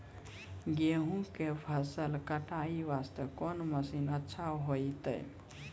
गेहूँ के फसल कटाई वास्ते कोंन मसीन अच्छा होइतै?